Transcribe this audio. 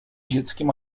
dzieckiem